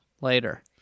later